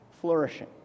flourishing